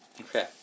Okay